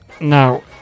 Now